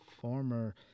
former